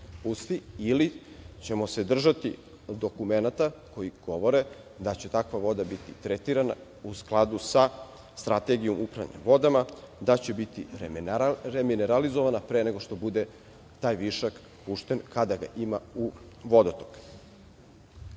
ili ćemo se držati dokumenata koji govore da će takva voda biti tretirana u skladu sa strategijom upravljanja vodama, da će biti remineralizovana pre nego što bude taj višak pušten, kada ga ima, u vodotok. Ne